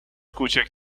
کوچک